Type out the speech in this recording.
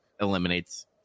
eliminates